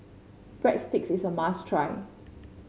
breadsticks is a must try